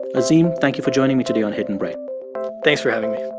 azim, thank you for joining me today on hidden brain thanks for having me